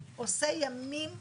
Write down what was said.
עושה ימים כלילות,